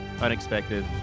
unexpected